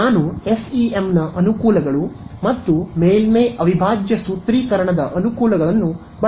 ನಾನು FEM ನ ಅನುಕೂಲಗಳು ಮತ್ತು ಮೇಲ್ಮೈ ಅವಿಭಾಜ್ಯ ಸೂತ್ರೀಕರಣದ ಅನುಕೂಲಗಳನ್ನು ಬಳಸಿಕೊಳ್ಳಬೇಕು